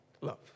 Love